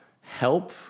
help